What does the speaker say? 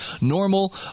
normal